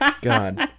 God